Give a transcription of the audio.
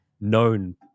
known